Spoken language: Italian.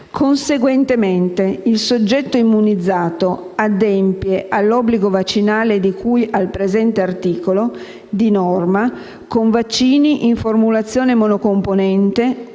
«"Conseguentemente il soggetto immunizzato adempie all'obbligo vaccinale di cui al presente articolo, di norma, con vaccini in formulazione monocomponente